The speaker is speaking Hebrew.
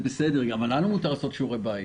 גם לנו מותר לעשות שיעורי בית,